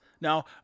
Now